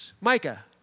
Micah